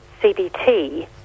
CBT